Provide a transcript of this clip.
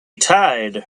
tied